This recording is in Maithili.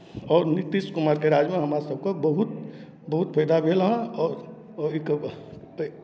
आओर नीतीश कुमारके राज्यमे हमरासभके बहुत बहुत फायदा भेल हेँ आओर ओहिके बाद एहि